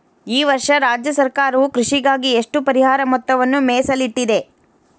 ಈ ವರ್ಷ ರಾಜ್ಯ ಸರ್ಕಾರವು ಕೃಷಿಗಾಗಿ ಎಷ್ಟು ಪರಿಹಾರ ಮೊತ್ತವನ್ನು ಮೇಸಲಿಟ್ಟಿದೆ?